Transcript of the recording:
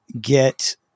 get